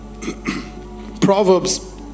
Proverbs